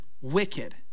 wicked